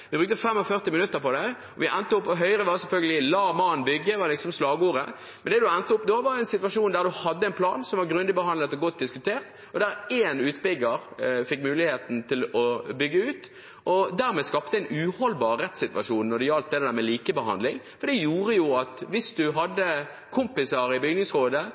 Vi brukte 45 minutter på det og endte opp med en situasjon der en hadde en plan som var grundig behandlet og godt diskutert, men der én utbygger fikk muligheten til å bygge ut. Dermed skapte vi en uholdbar rettssituasjon når det gjaldt likebehandling, for det gjorde at hvis en hadde kompiser i bygningsrådet,